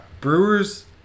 Brewers